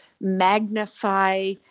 magnify